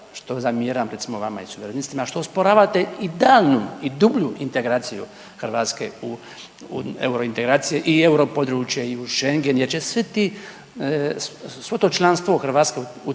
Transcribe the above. što zamjeram recimo vama i Suverenistima što osporavate i daljnju i dublju integraciju Hrvatske u euro integracije i euro područje i u Schengen, jer će svo to članstvo Hrvatske u